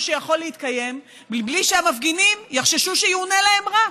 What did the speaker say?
שיכול להתקיים בלי שהמפגינים יחששו שיאונה להם רע.